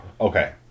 Okay